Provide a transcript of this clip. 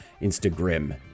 Instagram